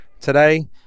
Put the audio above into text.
Today